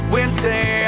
Wednesday